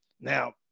Now